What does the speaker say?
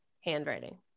handwriting